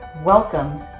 Welcome